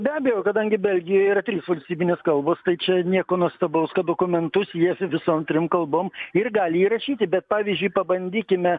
be abejo kadangi belgijoj yra trys valstybinės kalbos tai čia nieko nuostabaus kad dokumentus jie su visom trim kalbom ir gali įrašyti bet pavyzdžiui pabandykime